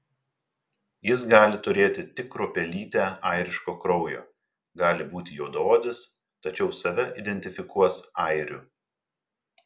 jis gali turėti tik kruopelytę airiško kraujo gali būti juodaodis tačiau save identifikuos airiu